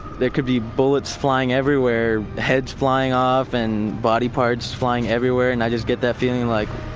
there could be bullets flying everywhere, heads flying off and body parts flying everywhere and i just get that feeling, like,